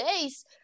days